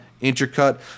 Intercut